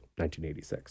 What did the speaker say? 1986